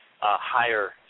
higher